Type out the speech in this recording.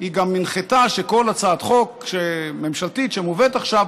גם הנחתה שכל הצעת חוק ממשלתית שמובאת עכשיו